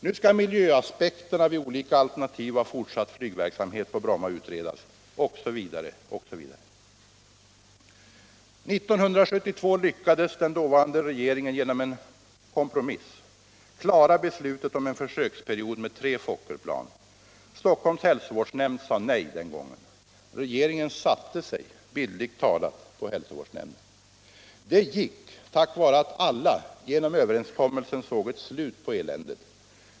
Nu skall miljöaspekterna vid olika alternativ av fortsatt fNygverksamhet på Bromma utredas osv. 1972 lyckades den dåvarande regeringen genom en kompromiss klara beslutet om en försöksperiod med tre Fokkerplan. Stockholms hälsovårdsnämnd sade nej den gången. Regeringen satte sig, bildligt talat, på hälsovårdsnämnden. Det gick, tack vare att alla genom överenskommelsen såg ett slut på eländet.